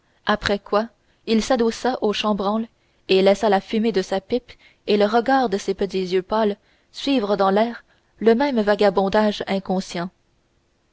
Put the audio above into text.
après quoi il s'adossa au chambranle et laissa la fumée de sa pipe et le regard de ses petits yeux pâles suivre dans l'air le même vagabondage inconscient